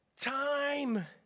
time